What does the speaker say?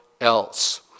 else